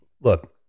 look